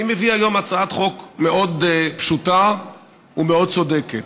אני מביא היום הצעת חוק מאוד פשוטה ומאוד צודקת.